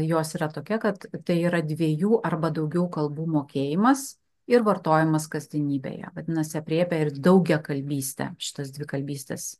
jos yra tokia kad tai yra dviejų arba daugiau kalbų mokėjimas ir vartojimas kasdienybėje vadinasi aprėpia ir daugiakalbystę šitas dvikalbystės